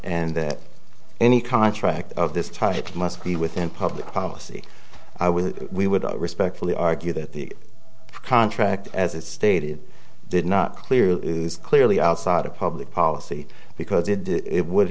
and that any contract of this type must be within public policy we would respectfully argue that the contract as it stated did not clearly is clearly outside of public policy because if it would